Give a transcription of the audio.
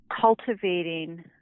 cultivating